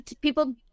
people